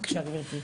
בבקשה, גברתי.